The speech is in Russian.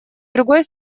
другой